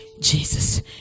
Jesus